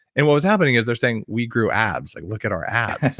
and what was happening is they're saying, we grew abs. like, look at our abs.